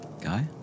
Guy